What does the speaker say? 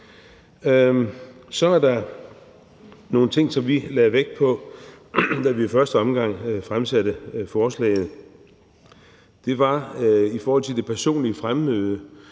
Så er der nogle ting, som vi lagde vægt på, da vi i første omgang fremsatte vores forslag. Det var i forhold til det personlige fremmøde,